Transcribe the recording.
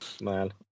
man